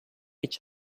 each